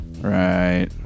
Right